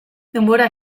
denbora